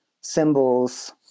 symbols